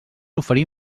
oferir